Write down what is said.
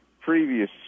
previous